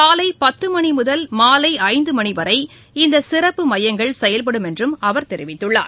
காலை பத்து மணி முதல் மாலை ஐந்து மணிவரை இந்த சிறப்பு மையங்கள் செயல்படும் என்றும் அவர் தெரிவித்துள்ளார்